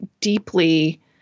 deeply